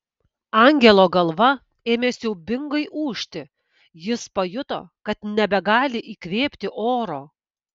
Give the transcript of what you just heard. angelo galva ėmė siaubingai ūžti jis pajuto kad nebegali įkvėpti oro